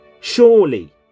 Surely